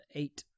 eight